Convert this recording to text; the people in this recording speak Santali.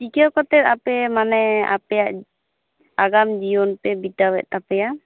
ᱪᱤᱠᱟᱹ ᱠᱟᱛᱮᱫ ᱟᱯᱮ ᱢᱟᱱᱮ ᱟᱯᱮᱭᱟᱜ ᱟᱜᱟᱱ ᱡᱤᱭᱚᱱ ᱯᱮ ᱵᱤᱛᱟᱹᱣ ᱮᱫ ᱛᱟᱯᱮᱭᱟ